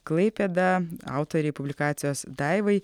klaipėda autorei publikacijos daivai